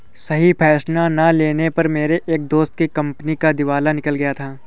सही फैसला ना लेने पर मेरे एक दोस्त की कंपनी का दिवाला निकल गया था